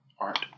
Art